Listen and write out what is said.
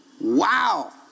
Wow